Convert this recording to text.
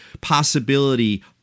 possibility